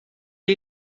est